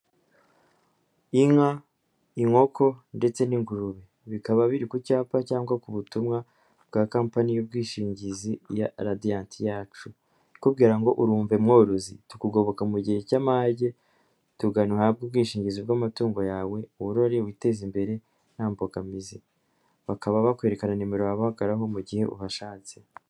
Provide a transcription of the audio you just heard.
Inka, inkoko ndetse n'ingurube bikaba biri ku cyapa cyangwa ku butumwa bwa kampani y'ubwishingizi ya Radiyanti yacu ikubwira ngo urumve mworozi tukugoboka mu gihe cy'amage tugane uhabwe ubwishingizi bw'amatungo yawe worore witeze imbere nta mbogamizi, bakaba bakwerekana nimero wabahamagaraho mu gihe ubashatse.